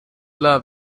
love